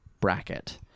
bracket